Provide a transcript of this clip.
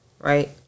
right